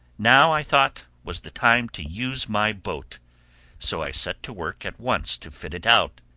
now, i thought, was the time to use my boat so i set to work at once to fit it out.